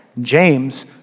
James